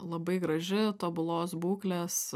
labai graži tobulos būklės